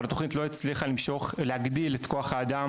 אבל התוכנית לא הצליחה למשוך ולהגדיל את כוח האדם